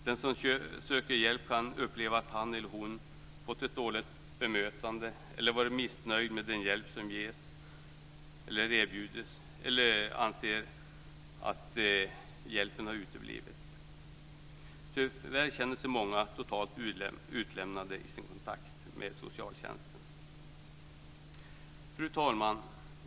Den som söker hjälp kan uppleva att han eller hon fått ett dåligt bemötande, vara missnöjd med den hjälp som har erbjudits och som ges eller anse att hjälpen har uteblivit. Tyvärr känner sig många totalt utlämnade i sin kontakt med socialtjänsten. Fru talman!